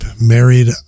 married